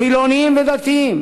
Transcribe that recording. חילונים ודתיים,